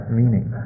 meaning